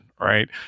right